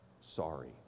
sorry